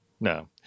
no